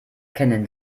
kennen